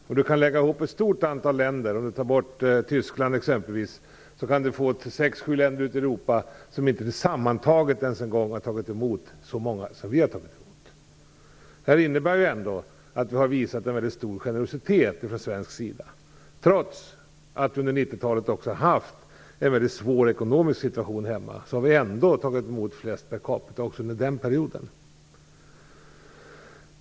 Man kan räkna ihop ett stort antal länder i Europa, med undantag av Tyskland, och kommer då fram till att sex sju länder inte ens sammantaget har tagit emot så många som vi har gjort. Det innebär ändå att vi har visat en väldigt stor generositet från svensk sida. Trots att vi under 90-talet haft en väldigt svår ekonomisk situation, har vi ändå tagit emot flest flyktingar per capita också under den perioden.